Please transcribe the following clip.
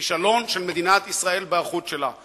כישלון של מדינת ישראל בהיערכות שלה.